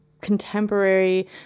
contemporary